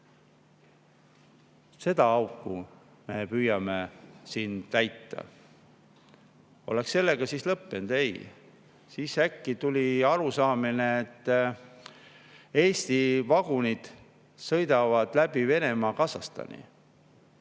seda auku me püüame siin täita. Oleks asi sellega siis lõppenud. Ei! Äkki tuli arusaamine, et Eesti vagunid sõidavad läbi Venemaa Kasahstani.